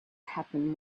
happen